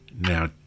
Now